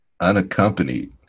unaccompanied